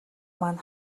маань